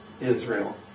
Israel